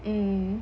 mm